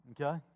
Okay